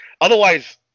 Otherwise